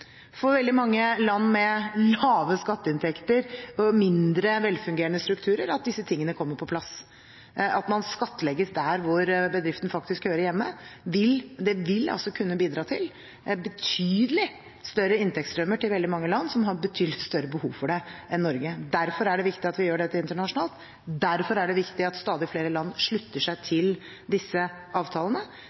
for veldig mange land med lave skatteinntekter og mindre velfungerende strukturer at disse tingene kommer på plass. At man skattlegges der hvor bedriften faktisk hører hjemme, vil kunne bidra til betydelig større inntektsstrømmer til veldig mange land som har betydelig større behov for det enn Norge. Derfor er det viktig at vi gjør dette internasjonalt. Derfor er det viktig at stadig flere land slutter seg til disse avtalene.